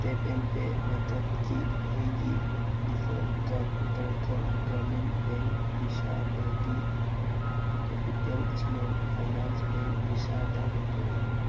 tap and pay ꯃꯦꯊꯠꯀꯤ ꯑꯩꯒꯤ default card Uttarakhand Gramin bank ꯕꯤꯁꯥꯗꯒꯤ ꯀꯦꯄꯤꯇꯦꯜ ꯏꯁꯃꯣꯜ ꯐꯥꯏꯅꯥꯟꯁ ꯕꯦꯡꯛ ꯕꯤꯁꯥꯗ ꯑꯣꯟꯊꯣꯛꯎ